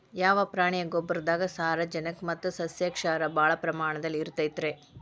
ಯಾವ ಪ್ರಾಣಿಯ ಗೊಬ್ಬರದಾಗ ಸಾರಜನಕ ಮತ್ತ ಸಸ್ಯಕ್ಷಾರ ಭಾಳ ಪ್ರಮಾಣದಲ್ಲಿ ಇರುತೈತರೇ?